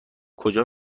کجا